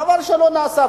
חבל שלא נעשה,